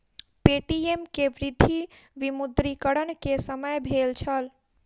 Paytm के वृद्धि विमुद्रीकरण के समय भेल छल